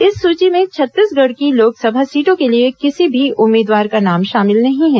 इस सूची में छत्तीसगढ़ की लोकसभा सीटों के लिए किसी भी उम्मीदवार का नाम शामिल नहीं है